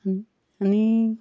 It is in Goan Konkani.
आनी